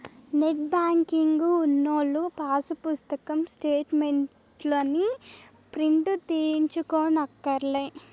net banking ఉన్నోల్లు pass పుస్తకం స్టేటు మెంట్లుని ప్రింటు తీయించుకోనక్కర్లే